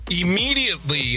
immediately